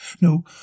No